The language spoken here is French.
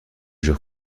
jure